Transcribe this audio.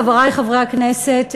חברי חברי הכנסת,